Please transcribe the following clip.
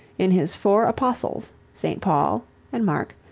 in his four apostles, st. paul and mark,